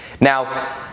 Now